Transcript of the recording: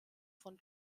von